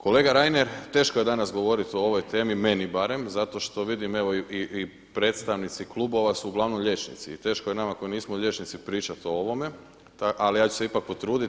Kolega Reiner, teško je danas govoriti o ovoj temi meni barem zato što vidim, evo i predstavnici klubova su uglavnom liječnici i teško je nama koji nismo liječnici pričati o ovome, ali ja ću se ipak potruditi.